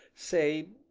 say,